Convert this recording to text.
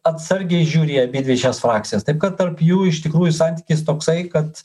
atsargiai žiūri į abidvi šias frakcijas taip kad tarp jų iš tikrųjų santykis toksai kad